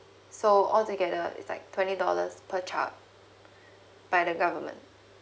so all together it's like twenty dollars per child by the government